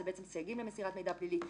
סייגים למסירת מידע פלילי,